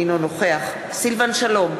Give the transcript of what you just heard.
אינו נוכח סילבן שלום,